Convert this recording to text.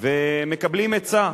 ומקבלים עצה.